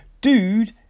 dude